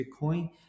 Bitcoin